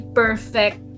perfect